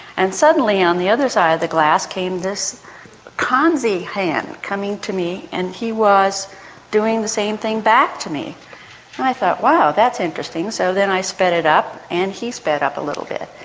and suddenly on the other side of the glass came this kanzi hand coming to me and he was doing the same thing back to me. and i thought, wow, that's interesting. so then i sped it up and he sped up a little bit.